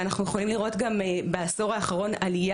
אנחנו יכולים לראות גם בעשור האחרון עליה